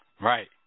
Right